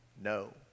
No